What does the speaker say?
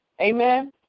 Amen